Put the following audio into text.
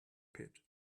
pit